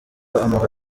amuha